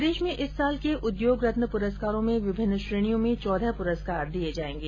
प्रदेश में इस साल के उद्योग रत्न पुरस्कारों में विभिन्न श्रेणियों में चौदह पुरस्कार दिये जायेंगे